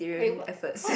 wait what what